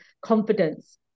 confidence